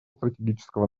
стратегического